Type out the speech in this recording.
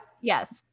Yes